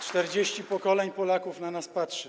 40 pokoleń Polaków na nas patrzy.